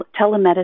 telemedicine